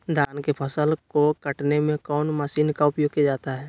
धान के फसल को कटने में कौन माशिन का उपयोग किया जाता है?